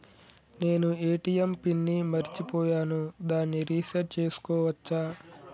నేను ATM PIN ని మరచిపోయాను దాన్ని రీ సెట్ చేసుకోవచ్చా?